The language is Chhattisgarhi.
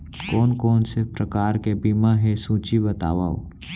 कोन कोन से प्रकार के बीमा हे सूची बतावव?